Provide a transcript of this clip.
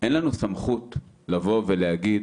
אין לנו סמכות להגיד